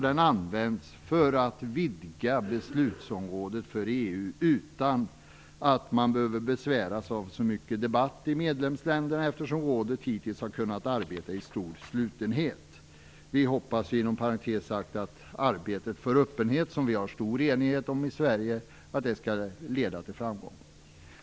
Den används för att vidga beslutsområdet för EU utan att man skall behöva besväras av så mycket debatt i medlemsländerna, eftersom rådet hittills har kunnat arbeta i stor slutenhet. Vi hoppas inom parentes sagt att arbetet för öppenhet, som vi har stor enighet om i Sverige, skall leda till framgång.